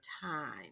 time